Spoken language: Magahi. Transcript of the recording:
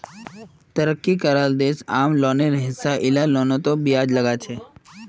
तरक्की कराल देश आम लोनेर हिसा इला लोनतों ब्याज लगाछेक